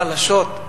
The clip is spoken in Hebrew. לפחות החלשות,